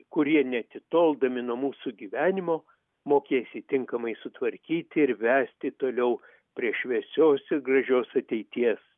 kurie neatitoldami nuo mūsų gyvenimo mokės jį tinkamai sutvarkyti ir vesti toliau prie šviesios ir gražios ateities